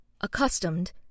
Accustomed